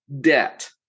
debt